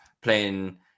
playing